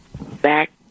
back